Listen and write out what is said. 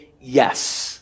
yes